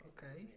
Okay